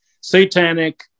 satanic